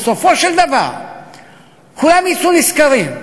ובסופו של דבר כולם יצאו נשכרים.